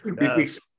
Yes